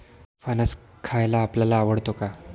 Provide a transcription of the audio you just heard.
फणस खायला आपल्याला आवडतो का?